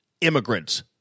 immigrants